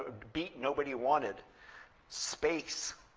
ah beat nobody wanted space.